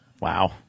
Wow